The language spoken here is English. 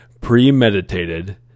premeditated